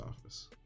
office